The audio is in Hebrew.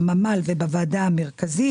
בממ"ל ובוועדה המרכזית,